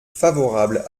favorable